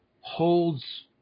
holds